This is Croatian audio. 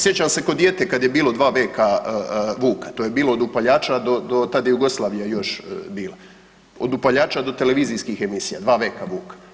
Sjećam se k'o dijete kad je bilo Dva veka Vuka, to je bilo od upaljača do, tad je Jugoslavija još bila, od upaljača do televizijskih emisija, Dva veka Vuka.